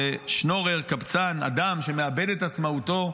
ושנורר, קבצן, אדם שמאבד את עצמאותו,